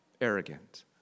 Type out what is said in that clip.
arrogant